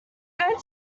going